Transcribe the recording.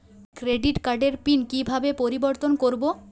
Credit কার্ডের PIN কিভাবে পরিবর্তন করবো?